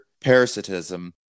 parasitism